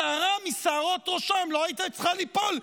שערה משערות ראשם לא הייתה צריכה ליפול,